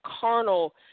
carnal